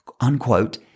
unquote